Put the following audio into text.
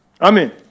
Amen